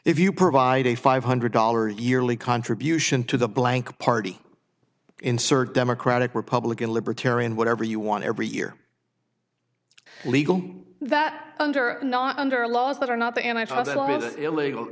if you provide a five hundred dollars yearly contribution to the blank party insert democratic republican libertarian whatever you want every year legal that under not under laws that are not the